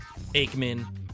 Aikman